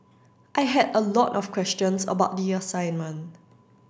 I had a lot of questions about the assignment